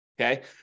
Okay